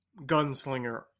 gunslinger